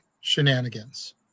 shenanigans